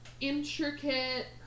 Intricate